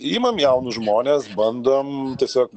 imam jaunus žmones bandom tiesiog